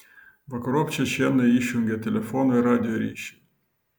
vakarop čečėnai išjungė telefono ir radijo ryšį